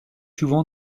souvent